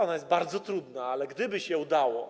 Ona jest bardzo trudna, ale gdyby się udało.